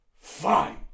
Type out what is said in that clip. fine